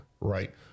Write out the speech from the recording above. Right